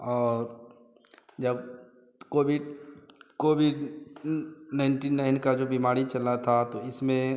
और जब कोभी कोभी नाइनटी नाइन की जो बीमारी चली थी तो इसमें